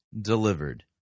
delivered